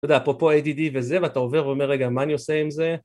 אתה יודע, אפרופו ADD וזה, ואתה עובר ואומר, רגע, מה אני עושה עם זה?